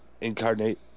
incarnate